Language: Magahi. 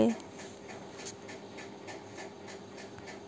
भारतीय चाय संघ की स्थापना अठारह सौ एकासी ईसवीत हल छिले